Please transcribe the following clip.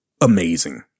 amazing